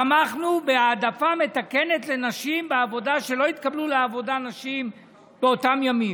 תמכנו בהעדפה מתקנת לנשים בעבודה כשלא התקבלו לעבודה נשים באותם ימים.